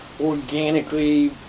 organically